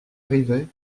arrivait